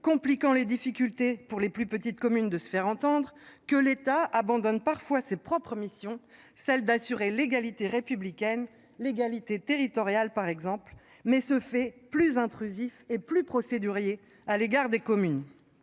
Compliquant les difficultés pour les plus petites communes de se faire entendre que l'État abandonne parfois ses propres missions, celle d'assurer l'égalité républicaine l'égalité territoriale par exemple mais se fait plus intrusif et plus procédurier à l'égard des communes.